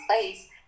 place